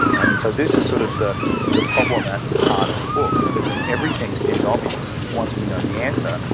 and so this is sort of the the problem at the heart of the book, is that when everything seems obvious once we know the answer,